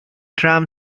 tram